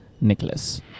Nicholas